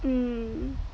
mm